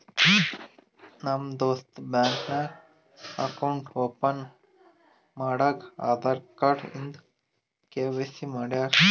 ನಮ್ ದೋಸ್ತ ಬ್ಯಾಂಕ್ ನಾಗ್ ಅಕೌಂಟ್ ಓಪನ್ ಮಾಡಾಗ್ ಆಧಾರ್ ಕಾರ್ಡ್ ಇಂದ ಕೆ.ವೈ.ಸಿ ಮಾಡ್ಯಾರ್